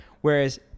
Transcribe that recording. Whereas